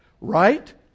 right